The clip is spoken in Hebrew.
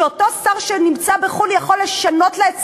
שאותו שר שנמצא בחו"ל יכול לשנות לה את